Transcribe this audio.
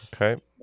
Okay